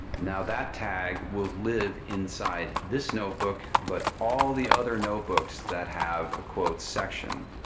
now that tag will live inside this notebook, but all the other notebooks that have a quotes section.